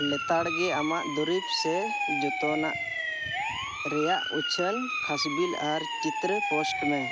ᱞᱮᱛᱟᱲ ᱜᱮ ᱟᱢᱟᱜ ᱫᱩᱨᱤᱵᱽ ᱥᱮ ᱡᱷᱚᱛᱚᱱᱟᱜ ᱨᱮᱱᱟᱜ ᱩᱪᱷᱟᱹᱱ ᱠᱷᱟᱥᱵᱤᱞ ᱟᱨ ᱪᱤᱛᱨᱚ ᱯᱳᱥᱴ ᱢᱮ